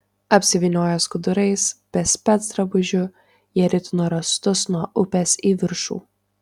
apsivynioję skudurais be specdrabužių jie ritino rąstus nuo upės į viršų